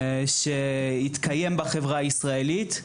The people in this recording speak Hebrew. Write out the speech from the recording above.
שהתקיים בחברה הישראלית,